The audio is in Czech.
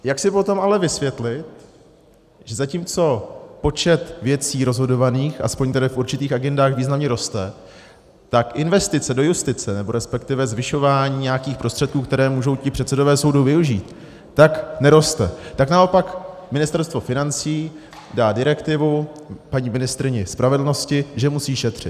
Jak si potom ale vysvětlit, že zatímco počet věcí rozhodovaných, alespoň tedy v určitých agendách, významně roste, tak investice do justice, nebo respektive zvyšování nějakých prostředků, které můžou ti předsedové soudů využít, neroste, naopak Ministerstvo financí dá direktivu paní ministryni spravedlnosti, že musí šetřit.